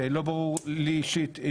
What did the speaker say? לא ברור לי אישית,